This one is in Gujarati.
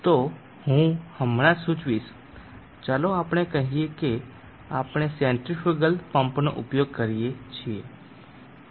તો હું હમણાં જ સૂચવીશ ચાલો આપણે કહીએ કે આપણે સેન્ટ્રીફ્યુગલ પંપનો ઉપયોગ કરીએ છીએ